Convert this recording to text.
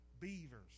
beavers